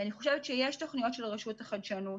ואני חושבת שיש תוכניות של הרשות לחדשנות